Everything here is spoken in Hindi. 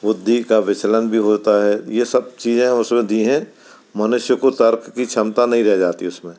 बुद्धि का विचलन भी होता है ये सब चीज़ें उसमे दी हैं मनुष्य को तर्क की क्षमता नहीं रह जाती उसमें